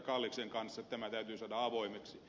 kalliksen kanssa tämä täytyy saada avoimeksi